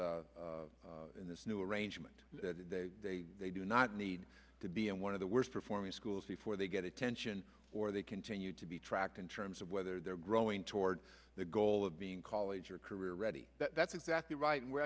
in this new arrangement that they they do not need to be in one of the worst performing schools before they get attention or they continue to be tracked in terms of whether they're growing toward the goal of being college or career ready that's exactly right and we're